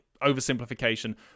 oversimplification